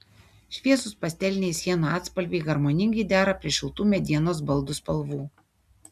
šviesūs pasteliniai sienų atspalviai harmoningai dera prie šiltų medienos baldų spalvų